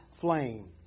flame